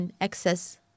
access